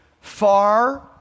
Far